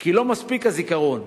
כי לא מספיק הזיכרון,